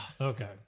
Okay